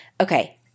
Okay